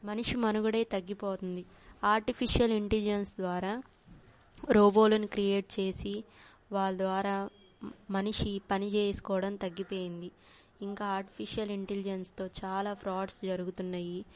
మనిషి మనుగడే తగ్గిపోతంది ఆర్టిఫిషియల్ ఇంటెలిజెన్స్ ద్వారా రోబోలను క్రియేట్ చేసి వాళ్ళ ద్వారా మనిషి పని చేసుకోవడం తగ్గిపోయింది ఇంకా ఆర్టిఫిషియల్ ఇంటెలిజెన్స్తో చాలా ఫ్రాడ్స్ జరుగుతున్నయి